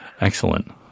Excellent